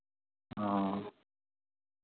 हँ